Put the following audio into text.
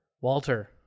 Walter